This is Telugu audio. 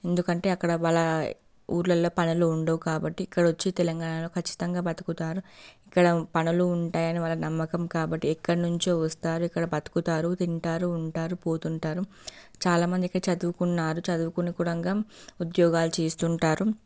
ఎందుకంటే అక్కడ వాళ్ళ ఊర్లలో పనులు ఉండవు కాబట్టి ఇక్కడ వచ్చి తెలంగాణలో కచ్చితంగా బతుకుతారు ఇక్కడ పనులు ఉంటాయని వాళ్ళ నమ్మకం కాబట్టి ఎక్కడి నుంచి వస్తారు ఇక్కడ బతుకుతారు తింటారు ఉంటారు పోతూ ఉంటారు చాలా మందికి చదువుకున్నారు చదువుకుని కూడా ఉద్యోగాలు చేస్తుంటారు